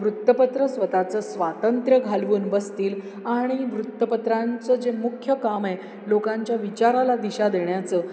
वृत्तपत्र स्वतःचं स्वातंत्र्य घालवून बसतील आणि वृत्तपत्रांचं जे मुख्य काम आहे लोकांच्या विचाराला दिशा देण्याचं